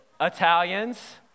Italians